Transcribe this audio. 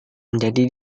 menjadi